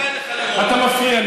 אתה מפריע לי.